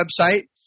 website